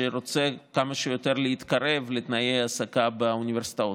שרוצה כמה שיותר להתקרב לתנאי ההעסקה באוניברסיטאות.